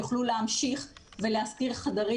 יוכלו להמשיך ולהשכיר חדרים.